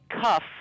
cuff